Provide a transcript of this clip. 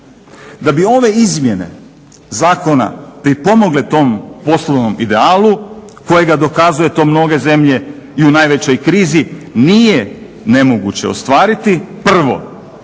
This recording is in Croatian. Da bi ove izmjene zakona pripomogle tom poslovnom idealu kojega dokazuju to mnoge zemlje i u najvećoj krizi nije nemoguće ostvariti. Prvo,